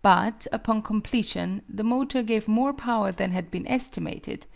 but, upon completion, the motor gave more power than had been estimated,